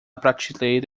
prateleira